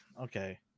Okay